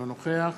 אינו נוכח